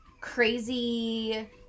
crazy